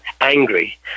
angry